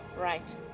right